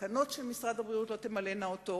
התקנות של משרד הבריאות לא תמלאנה אותו,